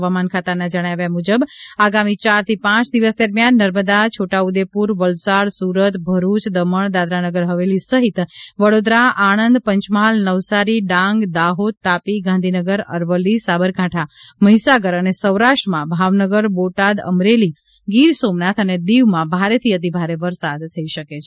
હવામાન ખાતાના જણાવ્યા મુજબ આગામી ચારથી પાંચ દિવસ દરમિયાન નર્મદા છોટા ઉદેપુર વલસાડ સુરત ભરૂચ દમણ દાદરા નગર હવેલી સહિત વડોદરા આણંદ પંચમહાલ નવસારી ડાંગ દાહોદ તાપી ગાંધીનગર અરવલ્લી સાબરકાંઠા મહીસાગર અને સૌરાષ્ટ્રમાં ભાવનગર બોટાદ અમરેલી ગીર સોમનાથ અને દિવમાં ભારેથી અતિ ભારે વરસાદ થઈ શકે છે